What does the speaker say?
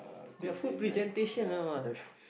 their food presentation now ah